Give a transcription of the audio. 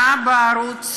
בערוץ